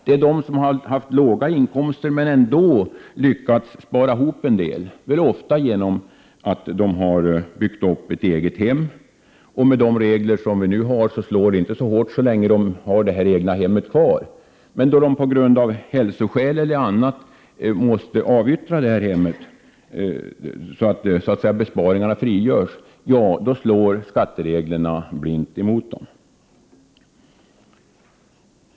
Det är de som har haft låga inkomster men ändå lyckats spara ihop en del, ofta genom att de byggt upp ett eget hem, som straffas. Med de regler som vi har nu slår detta inte så hårt så länge de har det egna hemmet kvar. Men då de av hälsoskäl eller annat måste avyttra hemmet så att besparingarna så att säga frigörs, då slår skattereglerna blint mot dem.